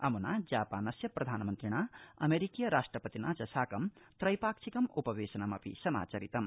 अम्ना जापानस्य प्रधानमन्त्रिणा अमेरिकीय राष्ट्रपतिना च साकं त्रैपाक्षिकम्पवेशनमपि समाचरितम्